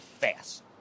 fast